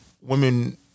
women